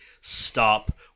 stop